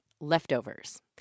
Leftovers